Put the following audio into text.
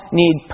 need